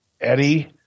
Eddie